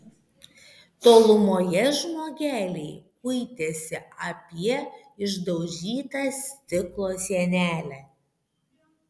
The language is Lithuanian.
tolumoje žmogeliai kuitėsi apie išdaužytą stiklo sienelę